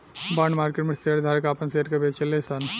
bond market में share धारक आपन शेयर के बेचेले सन